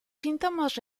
síntomas